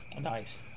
Nice